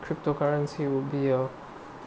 crypto currency would be a